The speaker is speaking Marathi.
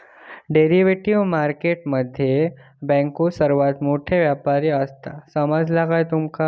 डेरिव्हेटिव्ह मार्केट मध्ये बँको सर्वात मोठे व्यापारी आसात, समजला काय तुका?